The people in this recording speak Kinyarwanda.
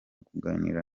kuganira